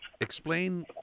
Explain